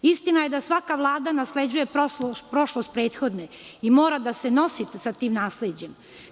Istina je da svaka vlada nasleđuje prošlost prethodnih i mora da se nosi sa tim nasleđem.